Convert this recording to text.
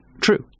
true